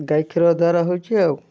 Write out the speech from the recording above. ଗାଈ କ୍ଷୀର ଦ୍ୱାରା ହେଉଛେ ଆଉ